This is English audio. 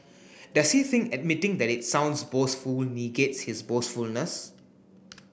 does he think admitting that it sounds boastful negates his boastfulness